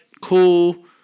Cool